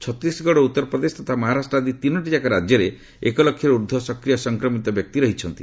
ଛତିଶଗଡ ଓ ଉତ୍ତରପ୍ରଦେଶ ତଥା ମହାରାଷ୍ଟ୍ର ଆଦି ତିନୋଟି ଯାକ ରାଜ୍ୟରେ ଏକଲକ୍ଷରୁ ଉର୍ଦ୍ଧ୍ୱ ସକ୍ରିୟ ସଂକ୍ରମିତ ବ୍ୟକ୍ତି ରହିଛନ୍ତି